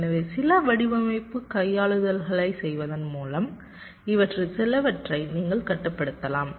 எனவே சில வடிவமைப்பு கையாளுதல்களைச் செய்வதன் மூலம் இவற்றில் சிலவற்றை நீங்கள் கட்டுப்படுத்தலாம்